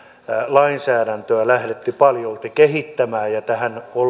lainsäädäntöä lähdetty paljolti kehittämään ja tähän